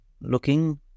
looking